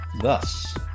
Thus